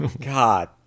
God